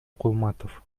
кулматов